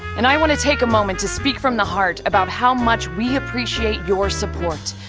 and i want to take a moment to speak from the heart about how much we appreciate your support.